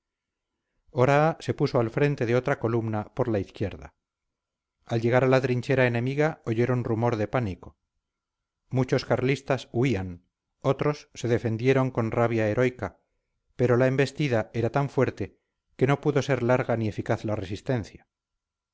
oraa se puso al frente de otra columna por la izquierda al llegar a la trinchera enemiga oyeron rumor de pánico muchos carlistas huían otros se defendieron con rabia heroica pero la embestida era tan fuerte que no pudo ser larga ni eficaz la resistencia